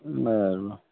नाही नाही